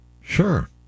Sure